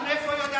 לפחות